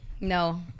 No